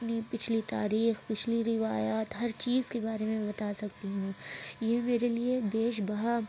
اپنی پچھلی تاریخ پچھلی روایات ہر چیز کے بارے میں بتا سکتی ہوں یہ میرے لیے بیش بہا